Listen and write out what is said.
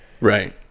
Right